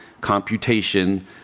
computation